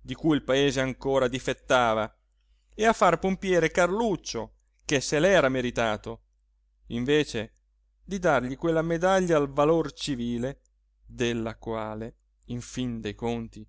di cui il paese ancora difettava e a far pompiere carluccio che se l'era meritato invece di dargli quella medaglia al valor civile della quale in fin dei conti